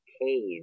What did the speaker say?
cave